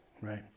right